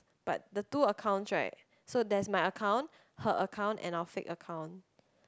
but the two accounts right so there's my account her account and our fake account